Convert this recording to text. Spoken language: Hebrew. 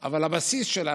אבל הבסיס שלנו,